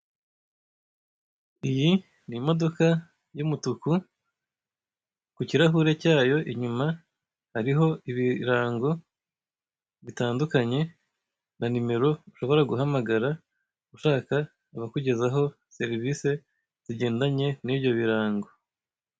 Iyi ni imodoka y'umutuku, ku kirahure cyayo inyuma hariho ibirango bitandukanye na nimero ushobora guhamagara ushaka abakugezaho serivisi zigendanye n'ibyo birango.